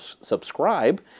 subscribe